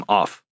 off